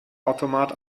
automat